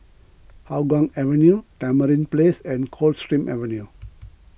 Hougang Avenue Tamarind Place and Coldstream Avenue